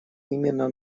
именно